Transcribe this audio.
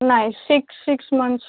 नाही six six months